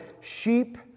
sheep